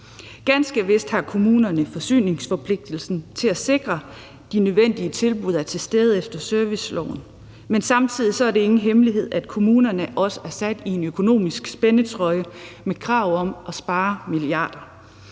Ganske vist har kommunen jo forsyningsforpligtelsen til at sikre, at de nødvendige tilbud efter serviceloven er til stede. Men samtidig er det ingen hemmelighed, at kommunerne også er sat i en økonomisk spændetrøje med krav om at spare milliarder.